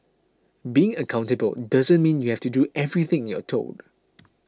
being accountable doesn't mean you have to do everything you're told